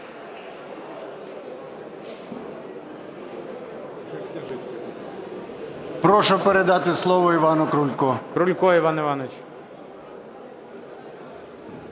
Прошу передати слово Івану Крульку.